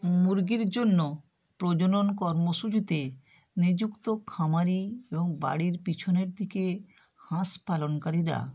মুরগির জন্য প্রজনন কর্ম শুরুতে নিযুক্ত খামারে এবং বাড়ির পিছনের দিকে হাঁস পালনকারীরা